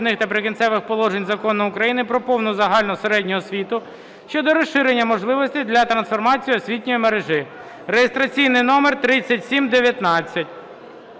(реєстраційний номер 3719).